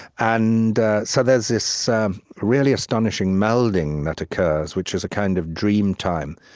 and so there's this um really astonishing melding that occurs, which is a kind of dream time,